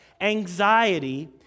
Anxiety